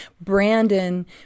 Brandon